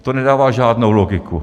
To nedává žádnou logiku.